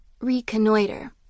reconnoiter